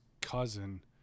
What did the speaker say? cousin